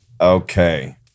Okay